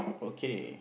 okay